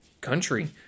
country